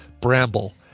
Bramble